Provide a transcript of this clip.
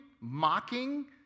mocking